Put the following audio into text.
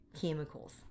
chemicals